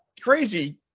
crazy